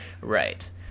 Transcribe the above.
Right